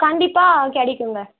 கண்டிப்பாக கிடைக்குங்க